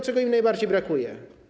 Czego im najbardziej brakuje?